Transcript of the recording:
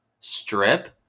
strip